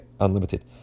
unlimited